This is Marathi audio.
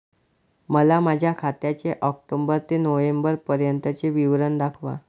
मला माझ्या खात्याचे ऑक्टोबर ते नोव्हेंबर पर्यंतचे विवरण दाखवा